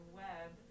web